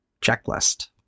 checklist